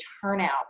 turnout